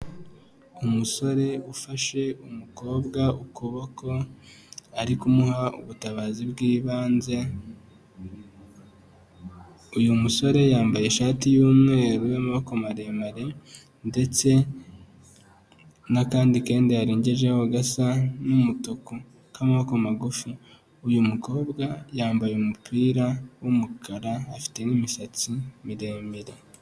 Umusore ufashe umukobwa ukuboko, ari kumuha ubutabazi bw'ibanze, uyu musore yambaye ishati y'umweru y'amaboko maremare ndetse n'akandi kenda yarengejeho gasa n'umutuku k'amaboko magufi. Uyu mukobwa yambaye umupira w'umukara afite n'imisatsi miremire.